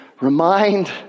remind